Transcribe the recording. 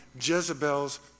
Jezebel's